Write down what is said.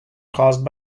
caused